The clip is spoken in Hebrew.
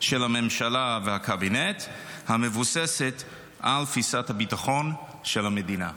של הממשלה והקבינט המבוססות על תפיסת הביטחון של המדינה.